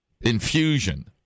infusion